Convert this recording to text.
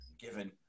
given